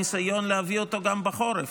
ניסיון להביא אותו גם בחורף,